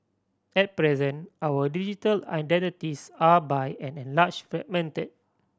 at present our digital identities are by and large fragmented